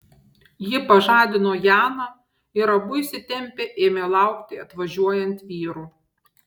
ji pažadino janą ir abu įsitempę ėmė laukti atvažiuojant vyrų